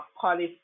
policy